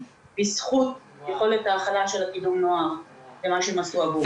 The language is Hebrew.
בזכות יכולת ההכלה של קידום נוער ומה שהם עשו עבורו.